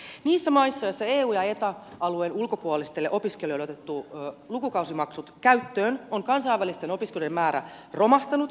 niissä maissa joissa eu ja eta alueen ulkopuolisille opiskelijoille on otettu lukukausimaksut käyttöön on kansainvälisten opiskelijoiden määrä romahtanut